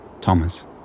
Thomas